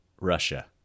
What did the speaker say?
Russia